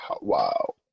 Wow